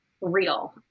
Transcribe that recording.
real